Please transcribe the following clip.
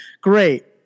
Great